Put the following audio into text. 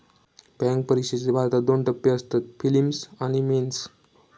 bank परिक्षेचे भारतात दोन टप्पे असतत, पिलिम्स आणि मेंस